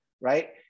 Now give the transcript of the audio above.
right